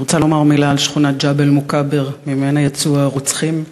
אני רוצה לומר מילה על שכונת ג'בל-מוכבר שממנה יצאו הרוצחים,